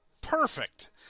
Perfect